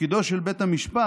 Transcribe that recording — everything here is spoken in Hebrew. תפקידו של בית המשפט